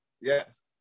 Yes